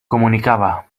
comunicava